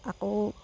আকৌ